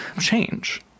change